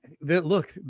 look